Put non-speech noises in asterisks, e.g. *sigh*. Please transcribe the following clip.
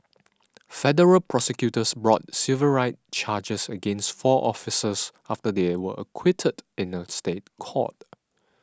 *noise* federal prosecutors brought civil rights charges against four officers after they were acquitted in a State Court *noise*